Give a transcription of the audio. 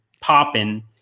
popping